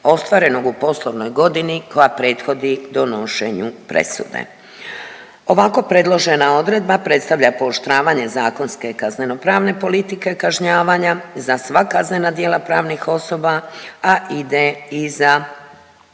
ostvarenog u poslovnoj godini koja prethodi donošenju presude. Ovako predložena odredba predstavlja pooštravanja zakonske kaznenopravne politike kažnjavanja, za sva kaznena djela pravnih osoba, a ide i za